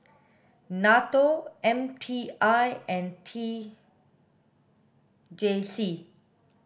NATO M T I and T J C